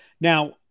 Now